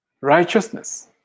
Righteousness